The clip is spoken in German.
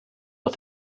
auf